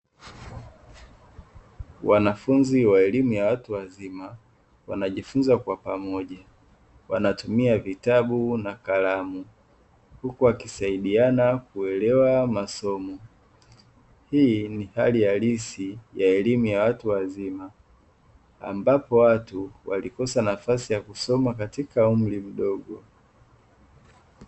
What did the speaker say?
Wanafunzi wa elimu ya watu wazima wanajifunza kwa pamoja, wanatumia vitabu na kalamu. Huku wakisaidiana kuelewa masomo. Hii ni hali halisi ya elimu ya watu wazima, ambapo watu walikosa nafasi ya kusoma katika umri mdogo.